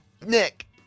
Nick